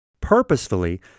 purposefully